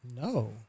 no